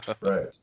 Right